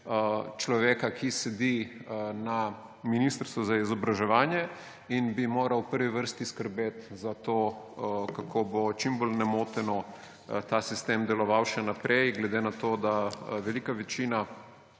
človeka, ki sedi na Ministrstvu za izobraževanje in bi moral v prvi vrsti skrbeti za to, kako bo čim bolj nemoteno ta sistem deloval še naprej? Glede na to, da velika večina